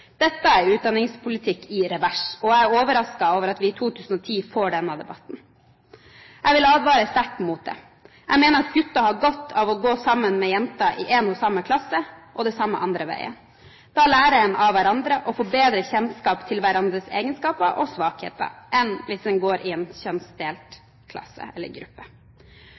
Dette er utdanningspolitikk i revers, og jeg er overrasket over at vi i 2010 får denne debatten. Jeg vil advare sterkt mot det. Jeg mener at gutter har godt av å gå sammen med jenter i samme klasse – og motsatt. Da lærer en av hverandre og får bedre kjennskap til hverandres egenskaper og svakheter enn hvis en går i en kjønnsdelt klasse eller gruppe.